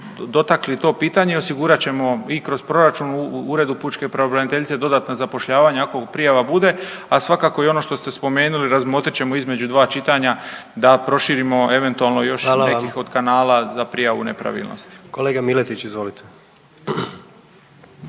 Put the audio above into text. dotakli to pitanje i osigurat ćemo i kroz proračun u uredu pučke pravobraniteljice dodatna zapošljavanja ako prijava bude, a svakako i ono što ste spomenuli razmotrit ćemo između dva čitanja da proširimo eventualno još nekih od kanala za prijavu nepravilnosti. **Jandroković, Gordan